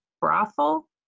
brothel